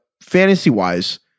fantasy-wise